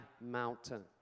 mountain